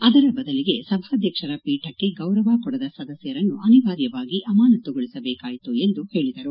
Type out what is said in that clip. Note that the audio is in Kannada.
ಅದರ ಬದಲಿಗೆ ಸಭಾಧ್ಯಕ್ಷರ ಪೀಠಕ್ಕೆ ಗೌರವ ಕೊಡದ ಸದಸ್ಯರನ್ನು ಅನಿವಾರ್ಯವಾಗಿ ಅಮಾನತು ಗೊಳಿಸಬೇಕಾಯಿತು ಎಂದು ಹೇಳಿದರು